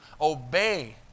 obey